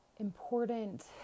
Important